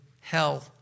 hell